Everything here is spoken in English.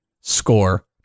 score